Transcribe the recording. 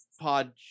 pod